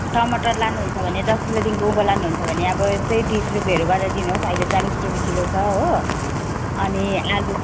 टमटर लानुहुन्छ भने दस किलोदेखिको उँभो लानुहुन्छ भने अब त्यही तिस रुपियाँहरू गरेर दिनुहोस् अहिले चालिस रुपियाँ किलो छ हो अनि आलु